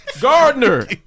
Gardner